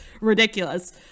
ridiculous